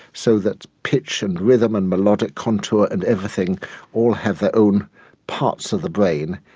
so that pitch and rhythm and melodic contour and everything all have their own parts of the brain,